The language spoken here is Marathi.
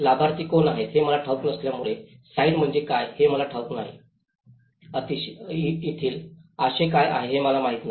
लाभार्थी कोण आहेत हे मला ठाऊक नसल्यामुळे साइट म्हणजे काय हे मला ठाऊक नाही तिथले आशय काय आहे हे मला माहित नाही